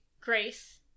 Grace